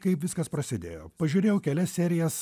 kaip viskas prasidėjo pažiūrėjau kelias serijas